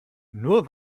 nur